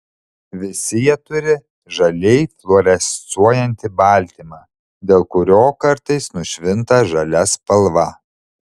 visi jie turi žaliai fluorescuojantį baltymą dėl kurio kartais nušvinta žalia spalva